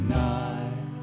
night